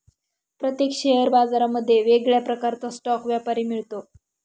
प्रत्येक शेअर बाजारांमध्ये वेगळ्या प्रकारचा स्टॉक व्यापारी मिळतो